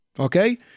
Okay